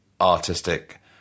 artistic